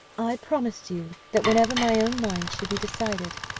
i promised you that, whenever my own mind should be decided,